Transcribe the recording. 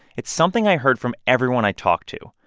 it's something i heard from everyone i talked to,